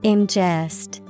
Ingest